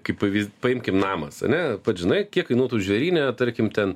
kaip pavyz paimkim namas ane pats žinai kiek kainuotų žvėryne tarkim ten